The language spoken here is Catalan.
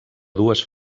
dues